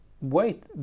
wait